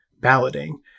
balloting